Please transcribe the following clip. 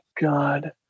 God